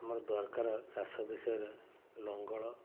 ଆମର ଦରକାର ଚାଷ ବିଷୟରେ ଲଙ୍ଗଳ